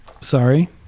Sorry